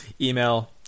email